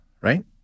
Right